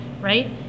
right